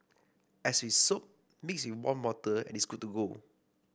as with soap mix with warm water and it's good to go